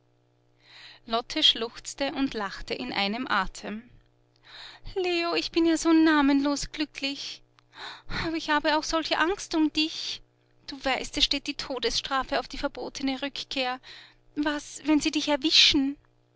lotte schluchzte und lachte in einem atem leo ich bin ja so namenlos glücklich aber ich habe auch solche angst um dich du weißt es steht die todesstrafe auf die verbotene rückkehr was wenn sie dich erwischen